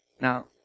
Now